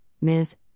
Ms